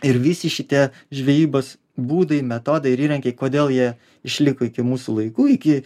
ir visi šitie žvejybos būdai metodai ir įrankiai kodėl jie išliko iki mūsų laikų iki